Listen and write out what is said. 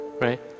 right